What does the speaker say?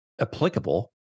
applicable